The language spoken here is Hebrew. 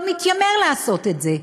לא מתיימר לעשות את זה.